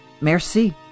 Merci